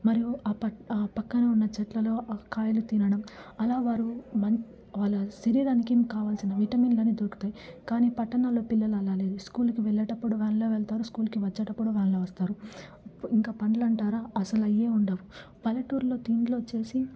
మరియు పక్క పక్కన ఉన్న చెట్లలో కాయలు తినడం అలా వారు మం వాళ్ళ శరీరానికి కావలసిన విటమిన్లని దొరుకుతాయి కానీ పట్టణాల్లో పిల్లలలా లేరు స్కూలుకి వెళ్ళేటప్పుడు వ్యాన్లో వెళ్తారు స్కూల్కి వచ్చేటప్పుడు వ్యాన్లో వస్తారు ఇంకా పనులంటారా అసలయ్యే ఉండవు పల్లెటూరులో తిండ్లొచ్చేసి